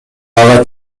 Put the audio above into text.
ага